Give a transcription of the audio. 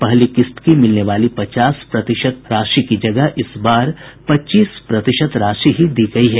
पहली किस्त की मिलने वाली पचास प्रतिशत राशि की जगह इस बार पच्चीस प्रतिशत राशि ही दी गयी है